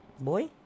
Boy